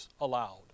allowed